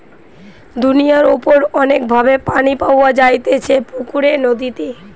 দুনিয়ার উপর অনেক ভাবে পানি পাওয়া যাইতেছে পুকুরে, নদীতে